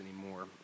anymore